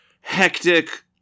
hectic